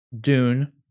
Dune